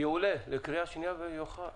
זה יועלה לקריאה שנייה ושלישית.